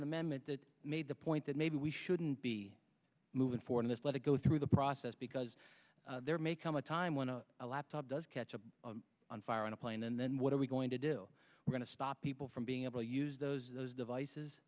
an amendment that made the point that maybe we shouldn't be moving for this let it go through the process because there may come a time when a laptop does catch on fire on a plane and then what are we going to do we're going to stop people from being able to use those those devices